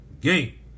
game